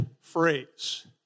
phrase